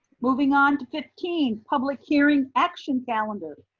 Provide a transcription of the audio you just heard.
moving on to fifteen, public hearing action calendar.